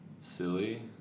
Silly